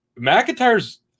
McIntyre's